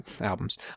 albums